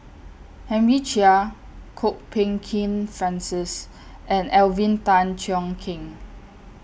Henry Chia Kwok Peng Kin Francis and Alvin Tan Cheong Kheng